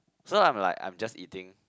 so I'm like I'm just eating